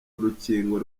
urukingo